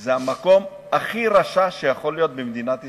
זה המקום הכי רשע שיכול להיות במדינת ישראל.